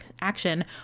action